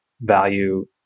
value